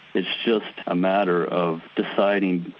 it's just a matter of deciding,